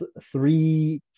three